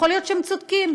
יכול להיות שהם צודקים: